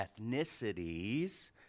ethnicities